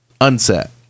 unset